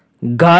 घर